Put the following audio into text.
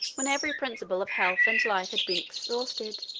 when every principle of health and life had been exhausted,